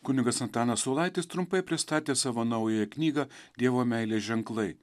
kunigas antanas saulaitis trumpai pristatė savo naująją knygą dievo meilės ženklai